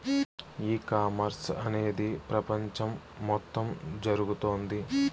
e commerce అనేది ప్రపంచం మొత్తం జరుగుతోంది